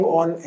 on